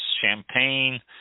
champagne